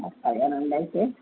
సరేనండీ అయితే